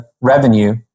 revenue